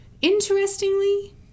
interestingly